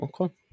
Okay